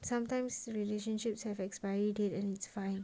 sometimes relationships have expiry date and it's fine